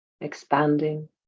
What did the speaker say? expanding